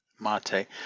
MATE